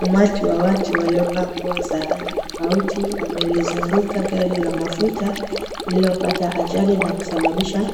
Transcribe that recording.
Umati wa watu waliovaa nguo za rangi tofauti wamelizunguka gari la mafuta lililopata ajali na kusababisha